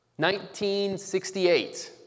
1968